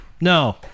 No